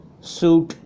suit